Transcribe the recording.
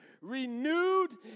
Renewed